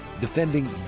Defending